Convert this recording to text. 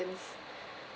since